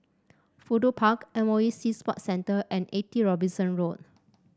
Fudu Park M O E Sea Sports Centre and Eighty Robinson Road